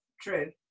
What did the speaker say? true